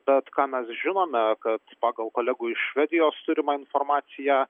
bet ką mes žinome kad pagal kolegų iš švedijos turimą informaciją